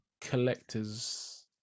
collector's